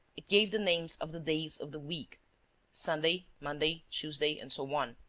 it gave the names of the days of the week sunday, monday, tuesday, and so on.